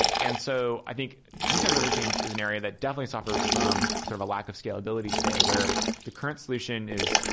and so i think decentralized exchange is an area that definitely suffers from sort of a lack of scalability today where the current solution is,